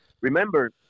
Remember